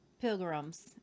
pilgrims